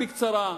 הראשון, בקצרה,